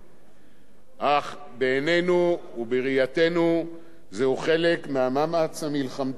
אך בעינינו ובראייתנו זהו חלק מהמאמץ המלחמתי הכלכלי